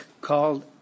called